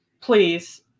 please